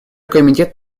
комитет